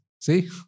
See